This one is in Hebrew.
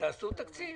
תעשו תקציב